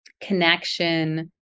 connection